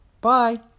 Bye